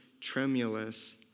tremulous